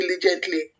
diligently